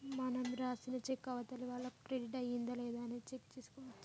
మనం రాసిన చెక్కు అవతలి వాళ్లకు క్రెడిట్ అయ్యిందా లేదా అనేది చెక్ చేసుకోవచ్చు